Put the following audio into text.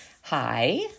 hi